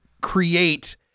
create